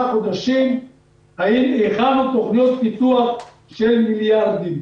חודשים הכנו תוכניות פיתוח של מיליארדים.